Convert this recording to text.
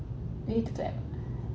we need to clap